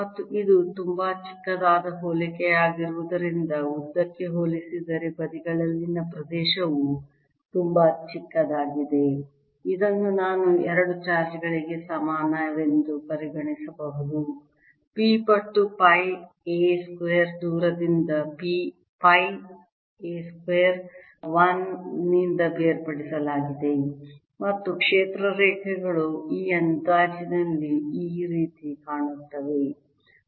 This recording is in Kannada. ಮತ್ತು ಇದು ತುಂಬಾ ಚಿಕ್ಕದಾದ ಹೋಲಿಕೆಯಾಗಿರುವುದರಿಂದ ಉದ್ದಕ್ಕೆ ಹೋಲಿಸಿದರೆ ಬದಿಗಳಲ್ಲಿನ ಪ್ರದೇಶವು ತುಂಬಾ ಚಿಕ್ಕದಾಗಿದೆ ಇದನ್ನು ನಾನು ಎರಡು ಚಾರ್ಜ್ ಗಳಿಗೆ ಸಮಾನವೆಂದು ಪರಿಗಣಿಸಬಹುದು p ಪಟ್ಟು ಪೈ a ಸ್ಕ್ವೇರ್ ದೂರದಿಂದ ಪೈ a ಸ್ಕ್ವೇರ್ 1 ನಿಂದ ಬೇರ್ಪಡಿಸಲಾಗಿದೆ ಮತ್ತು ಕ್ಷೇತ್ರ ರೇಖೆಗಳು ಈ ಅಂದಾಜಿನಲ್ಲಿ ಈ ರೀತಿ ಕಾಣುತ್ತವೆ